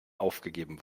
aufgegeben